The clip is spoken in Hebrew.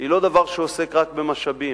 היא לא דבר שעוסק רק במשאבים.